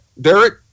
Derek